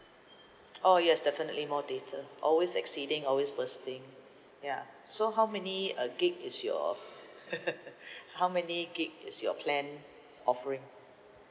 oh yes definitely more data always exceeding always bursting ya so how many uh gig is your how many gig is your plan offering